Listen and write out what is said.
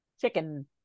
chicken